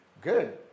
Good